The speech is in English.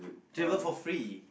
travel for free